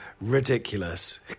ridiculous